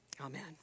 Amen